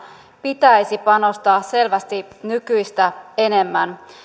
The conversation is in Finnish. pitäisi panostaa selvästi nykyistä enemmän